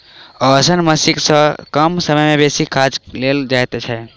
ओसौनी मशीन सॅ कम समय मे बेसी काज लेल जाइत छै